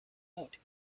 out